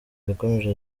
yakomeje